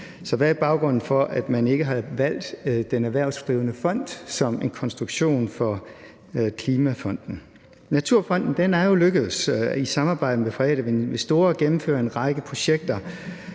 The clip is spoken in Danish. Så hvad er baggrunden for, at man ikke har valgt den erhvervsdrivende fond som en konstruktion for Klimaskovfonden? Naturfonden er jo i samarbejde med private investorer lykkedes med at gennemføre en række projekter,